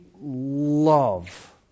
love